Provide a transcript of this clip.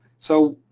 so,